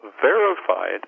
verified